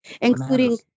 including